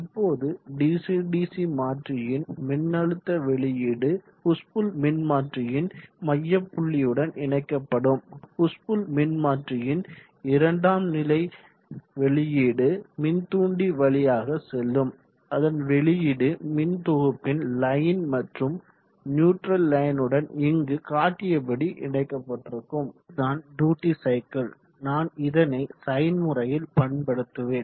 இப்போது DC DC மாற்றியின் மின்னழுத்த வெளியீடு புஷ் புல் மின்மாற்றியின் மைய புள்ளியுடன் இணைக்கப்படும் புஷ் புல் மின்மாற்றியின் இரண்டாம் நிலை வெளியீடு மின்தூண்டி வழியாக செல்லும் அதன் வெளியீடு மின் தொகுப்பின் லைன் மற்றும் நியூட்ரல் லைனுடன் இங்கு காட்டியபடி இணைக்கப்பட்டிருக்கும் இதுதான் டியூட்டி சைக்கிள் நான் இதனை சைன் முறையில் பண்படுத்துவேன்